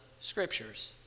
scriptures